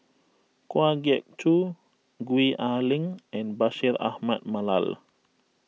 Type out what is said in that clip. Kwa Geok Choo Gwee Ah Leng and Bashir Ahmad Mallal